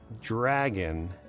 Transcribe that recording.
dragon